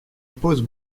pose